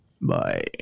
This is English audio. bye